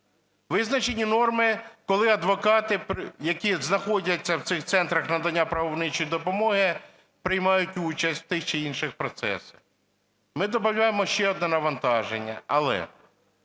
Визначені норми, коли адвокати, які знаходяться в цих центрах надання правничої допомоги, приймають участь в тих чи інших процесах. Ми добавляємо ще одне навантаження. Але,